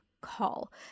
call